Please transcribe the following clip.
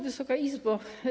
Wysoka Izbo!